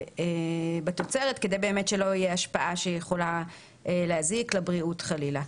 בתוצרת כדי שלא תהיה השפעה שיכולה להזיק לבריאות חלילה.